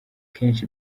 kenshi